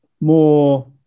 more